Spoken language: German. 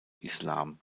islam